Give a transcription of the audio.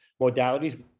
modalities